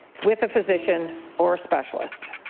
with a physician or a specialist.